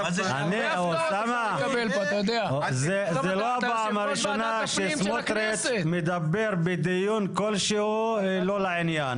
זה לא הפעם הראשונה שסמוטריץ' מדבר בדיון כלשהוא לא לעניין.